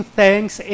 thanks